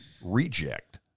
reject